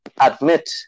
admit